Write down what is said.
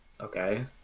Okay